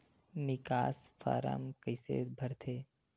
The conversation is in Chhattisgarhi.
निकास फारम कइसे भरथे?